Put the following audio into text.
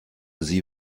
sie